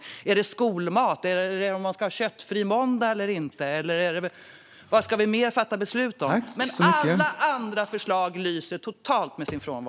Ska vi fatta beslut om skolmat och om man ska ha köttfri måndag eller inte? Vad ska vi mer fatta beslut om? Men alla andra förslag lyser helt med sin frånvaro.